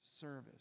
service